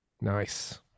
Nice